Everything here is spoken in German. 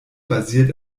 basiert